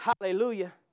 Hallelujah